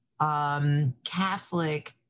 Catholic